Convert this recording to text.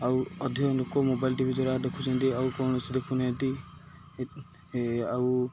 ଆଉ ଅଧିକ ଲୋକ ମୋବାଇଲ୍ ଟିଭି ଦ୍ଵାରା ଦେଖୁଛନ୍ତି ଆଉ କୌଣସି ଦେଖୁନାହାନ୍ତି ଆଉ